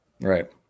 right